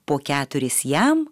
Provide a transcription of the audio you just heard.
po keturis jam